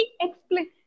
explain